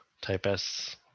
Type-S